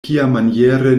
kiamaniere